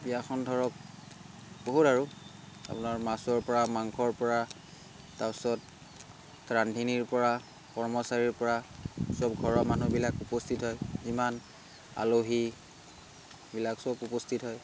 বিয়াখন ধৰক বহুত আৰু আপোনাৰ মাছৰপৰা মাংসৰপৰা তাৰপিছত ৰান্ধনীৰপৰা কৰ্মচাৰীৰপৰা চব ঘৰৰ মানুহবিলাক উপস্থিত হয় যিমান আলহীবিলাক চব উপস্থিত হয়